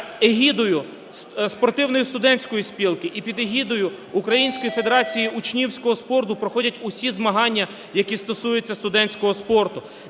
під егідою Спортивної студентської спілки, і під егідою Української федерації учнівського спорту проходять всі змагання, які стосуються студентського спорту.